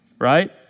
right